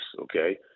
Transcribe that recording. okay